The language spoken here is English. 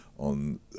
on